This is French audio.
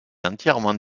entièrement